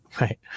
right